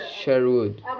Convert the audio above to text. Sherwood